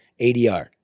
ADR